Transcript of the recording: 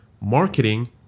marketing